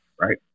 Right